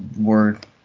Word